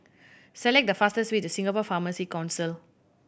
select the fastest way to Singapore Pharmacy Council